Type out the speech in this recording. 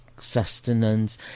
Sustenance